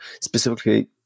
specifically